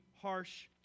harsh